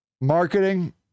marketing